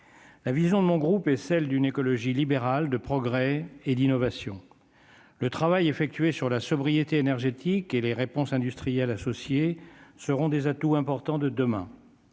la vision de mon groupe et celle d'une écologie libérale de progrès et d'innovation, le travail effectué sur la sobriété énergétique et les réponses industriels associés seront des atouts importants de demain